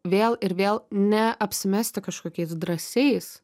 vėl ir vėl ne apsimesti kažkokiais drąsiais